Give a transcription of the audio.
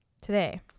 Today